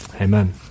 Amen